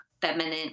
feminine